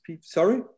sorry